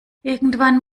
irgendwann